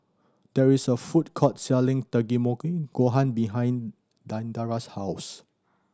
there is a food court selling Takikomi Gohan behind Diandra's house